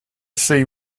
sea